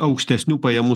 aukštesnių pajamų